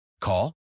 Call